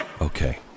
Okay